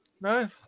No